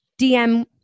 DM